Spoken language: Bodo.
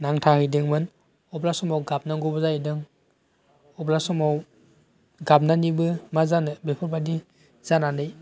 नांथा हैदोंमोन बबेबा समाव गाबनांगौबो जाहैदों बबेबा समाव गाबनानैबो मा जानो बेफोरबायदि जानानै